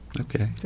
Okay